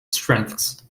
strengths